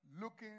looking